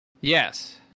Yes